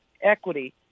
equity